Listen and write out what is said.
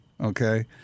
Okay